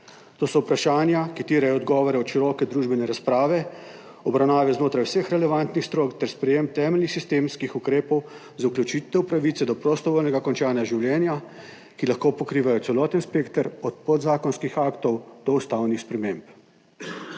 To so vprašanja, ki terjajo odgovore široke družbene razprave, obravnave znotraj vseh relevantnih strok ter sprejetje temeljnih sistemskih ukrepov za vključitev pravice do prostovoljnega končanja življenja, ki lahko pokrivajo celoten spekter, od podzakonskih aktov do ustavnih sprememb.